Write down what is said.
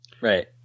right